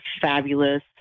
fabulous